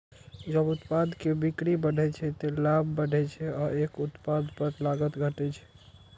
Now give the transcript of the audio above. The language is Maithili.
जब उत्पाद के बिक्री बढ़ै छै, ते लाभ बढ़ै छै आ एक उत्पाद पर लागत घटै छै